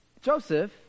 Joseph